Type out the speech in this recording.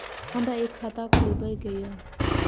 हमरा एक खाता खोलाबई के ये?